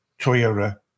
Toyota